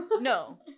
no